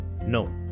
no